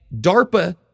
DARPA